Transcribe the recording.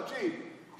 תקשיב,